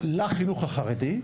לחינוך החרדי,